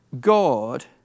God